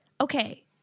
Okay